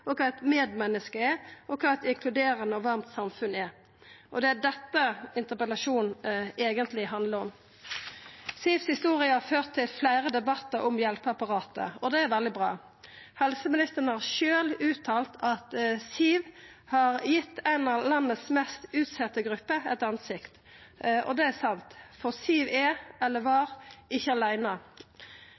er, hva et medmenneske er, og hva et inkluderende og varmt samfunn egentlig er.» Det er dette interpellasjonen eigentleg handlar om. Siws historie har ført til fleire debattar om hjelpeapparatet, og det er veldig bra. Helseministeren har sjølv uttalt at Siw har gitt ei av landets mest utsette grupper eit ansikt. Det er sant, for Siw er – eller var – ikkje aleine.